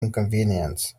inconvenience